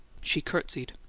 she courtesied.